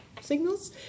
signals